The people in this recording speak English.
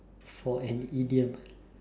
for an idiom